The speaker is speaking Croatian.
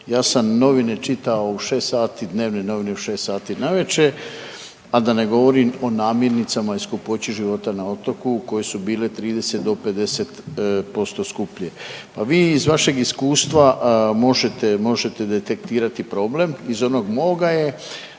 Ja sam novine čitao u 6 sati, dnevne novine u 6 sati navečer, a da ne govorim o namirnicama i skupoći života na otoku koje su bile 30 do 50% skuplje. Pa vi iz vašeg iskustva možete, možete detektirati problem, iz onog moga je